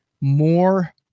more